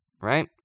right